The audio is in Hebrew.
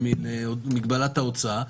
למגבלת ההוצאה,